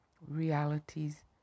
realities